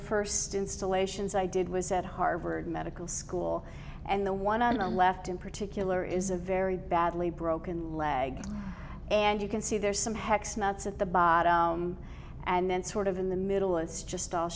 first installations i did was at harvard medical school and the one on left in particular there is a very badly broken leg and you can see there's some hex nuts at the bottom and then sort of in the middle it's just all